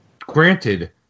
Granted